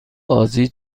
بازی